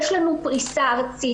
יש לנו פריסה ארצית.